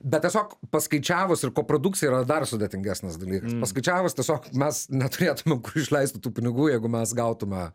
bet tiesiog paskaičiavus ir koprodukcija yra dar sudėtingesnis dalykas paskaičiavus tiesiog mes neturėtumėm kur išleisti tų pinigų jeigu mes gautume